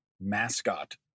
mascot